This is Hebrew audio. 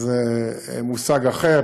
זה מושג אחר.